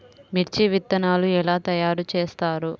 మిర్చి విత్తనాలు ఎలా తయారు చేస్తారు?